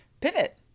pivot